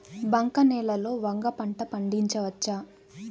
బంక నేలలో వంగ పంట పండించవచ్చా?